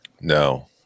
No